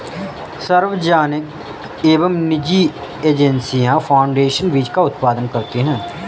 सार्वजनिक एवं निजी एजेंसियां फाउंडेशन बीज का उत्पादन करती है